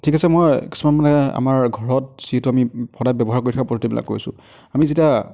ঠিক আছে মই কিছুমান মানে আমাৰ ঘৰত যিটো আমি সদায় ব্যৱহাৰ কৰি থকা পদ্ধতিবিলাক কৈছোঁ আমি যেতিয়া